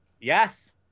Yes